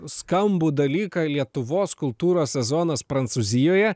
skambų dalyką lietuvos kultūros sezonas prancūzijoje